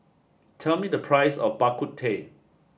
tell me the price of Bak Kut Teh